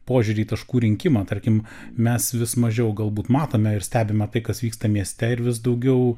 požiūrį į taškų rinkimą tarkim mes vis mažiau galbūt matome ir stebime tai kas vyksta mieste ir vis daugiau